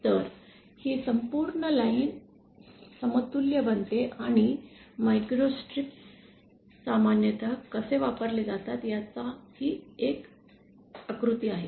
तर ही संपूर्ण लाइन समतुल्य बनते आणि मायक्रोस्ट्रिप्स सामान्य त कसे वापरले जातात याचा ही एक आकृती आहे